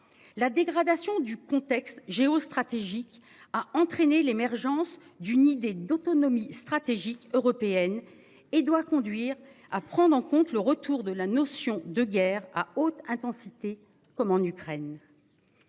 La dégradation du contexte géostratégique a entraîné l'émergence d'une idée d'autonomie stratégique européenne et doit conduire à prendre en compte le retour de la notion de guerre à haute intensité comme en Ukraine.